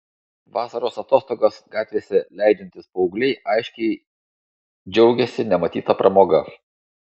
vasaros atostogas gatvėse leidžiantys paaugliai aiškiai džiaugėsi nematyta pramoga